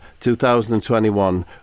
2021